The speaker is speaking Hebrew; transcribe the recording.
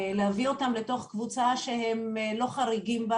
להביא אותם לתוך קבוצה שהם לא חריגים בה